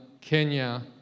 Kenya